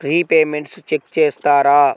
Repayments check చేస్తారా?